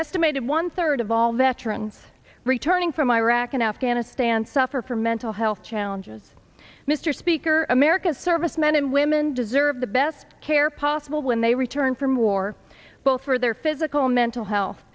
estimated one third of all veterans returning from iraq and afghanistan suffer from mental health challenges mr speaker america's servicemen and women deserve the best care possible when they return from war both for their physical mental health